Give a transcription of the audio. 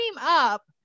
up